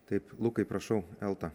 taip lukai prašau elta